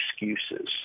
excuses